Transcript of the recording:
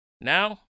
Now